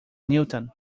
newton